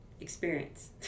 Experience